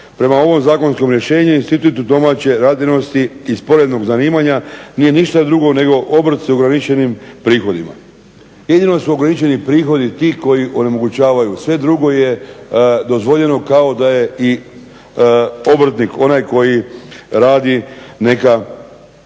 Prema ovom zakonskom rješenju institut domaće radinosti i sporednog zanimanja nije ništa drugo nego obrt s ograničenim prihodima. Jedino su ograničeni prihodi ti koji onemogućavaju, sve drugo je dozvoljeno kao da je i obrtnik onaj koji radi neka zanimanja.